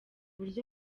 uburyo